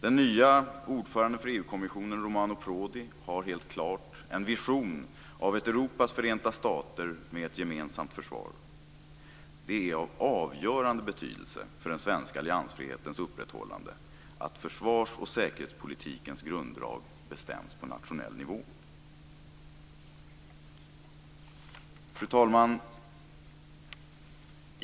Den nye ordföranden för EG-kommissionen, Romano Prodi, har helt klart en vision av ett Europas förenta stater med ett gemensamt försvar. Det är av avgörande betydelse för den svenska alliansfrihetens upprätthållande att försvars och säkerhetspolitikens grunddrag bestäms på nationell nivå. Fru talman!